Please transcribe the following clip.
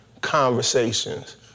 conversations